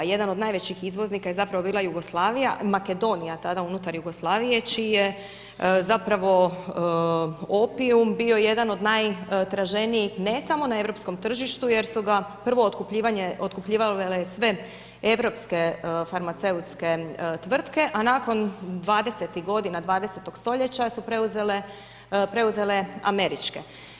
I jedan od najvećih izvoznika je zapravo bila Jugoslavija, Makedonija tada unutar Jugoslavije čiji je, zapravo, opium bio jedan od najtraženijih, ne samo na europskom tržištu jer su ga prvo otkupljivale sve europske farmaceutske tvrtke, a nakon 20.-tih godina 20. stoljeća su preuzele američke.